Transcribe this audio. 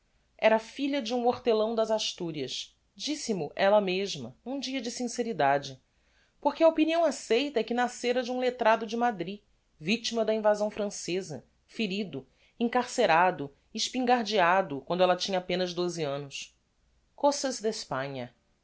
era filha de um hortelão das asturias disse mo ella mesma n'um dia de sinceridade porque a opinião aceita é que nascera de um lettrado de madrid victima da invasão franceza ferido encarcerado espingardeado quando ella tinha apenas doze annos cosas de espaa